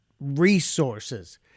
resources